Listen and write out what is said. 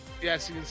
Yes